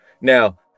now